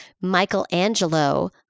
Michelangelo